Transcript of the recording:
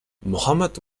muhammad